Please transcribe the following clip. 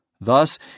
Thus